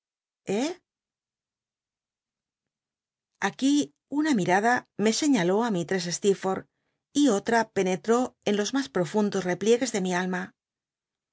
aquí una mirada me señaló i mistless steerforth y otr a penetró en los mas profundos repliegues de mi alma